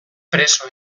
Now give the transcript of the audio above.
preso